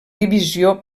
divisió